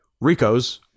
Rico's